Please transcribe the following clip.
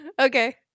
Okay